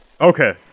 Okay